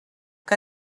que